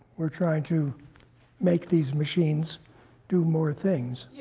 we're trying to make these machines do more things?